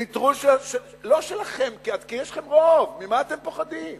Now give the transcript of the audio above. לנטרול, לא שלכם, כי יש לכם רוב, ממה אתם פוחדים?